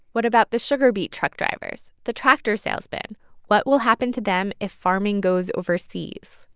what about the sugar-beet truck drivers, the tractor salesmen? what will happen to them if farming goes overseas?